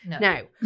No